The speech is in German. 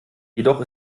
jedoch